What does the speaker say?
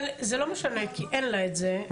זה לא משנה כי אין לה את זה,